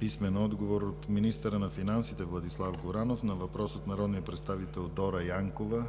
писмен отговор от министъра на финансите Владислав Горанов на въпрос от народния представител Дора Янкова;